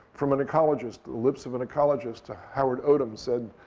from an ecologist, lips of an ecologist, howard odum said,